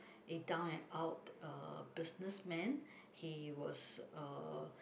a down and out uh businessman he was a